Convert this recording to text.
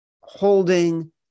holding